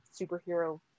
superhero